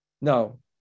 No